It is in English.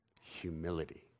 Humility